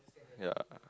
ya